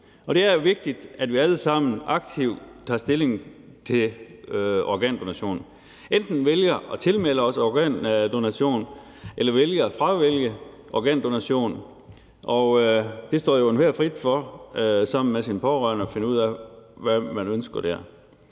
det er vigtigt, at vi alle sammen aktivt tager stilling til organdonation – at vi enten vælger at tilmelde os organdonation, eller at vi vælger at fravælge organdonation. Og det står jo enhver frit for sammen med sine pårørende at finde ud af, hvad man ønsker der.